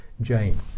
Jane